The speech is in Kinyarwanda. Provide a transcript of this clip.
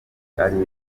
ari